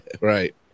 Right